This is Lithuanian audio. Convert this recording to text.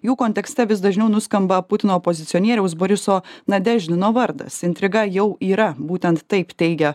jų kontekste vis dažniau nuskamba putino opozicionieriaus boriso nadeždino vardas intriga jau yra būtent taip teigia